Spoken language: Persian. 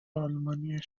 آلمانی